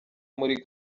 muri